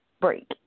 break